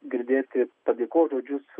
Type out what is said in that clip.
girdėti padėkos žodžius